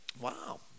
Wow